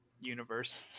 universe